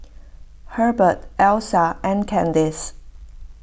Herbert Elissa and Kandice